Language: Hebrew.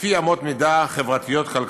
לפי אמות מידה חברתיות-כלכליות.